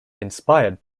inspired